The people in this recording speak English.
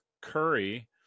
Curry